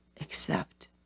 Accept